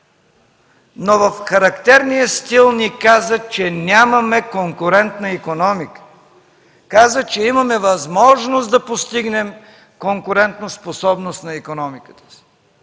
но в характерния стил ни каза, че нямаме конкурентна икономика. Каза, че имаме възможност да постигнем конкурентоспособност на икономиката.